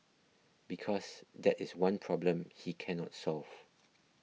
because that is one problem he cannot solve